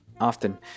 Often